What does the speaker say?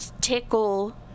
tickle